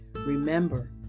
Remember